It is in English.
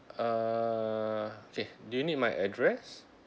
uh okay do you need my address